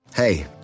Hey